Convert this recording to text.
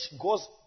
goes